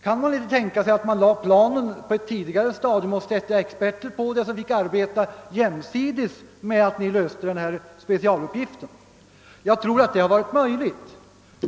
Hade man inte kunnat tänka sig att lägga planen på ett tidigare stadium genom att låta experter arbeta med den saken samtidigt som man löste denna specialuppgift? Jag tror att det hade varit möjligt.